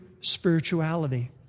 spirituality